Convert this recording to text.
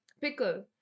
Pickle